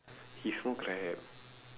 he smoke right